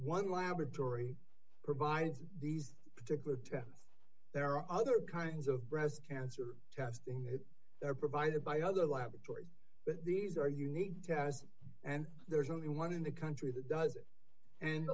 one laboratory provides these particular towns there are other kinds of breast cancer testing that are provided by other laboratories but these are unique to us and there's only one in the country that does it and